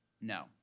no